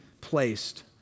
placed